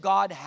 God